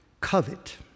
covet